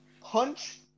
punch